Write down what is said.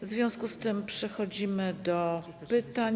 W związku z tym przechodzimy do pytań.